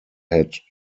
had